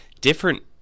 different